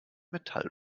metall